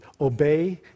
obey